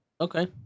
Okay